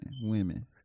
women